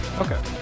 okay